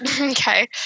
Okay